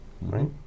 Right